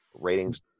ratings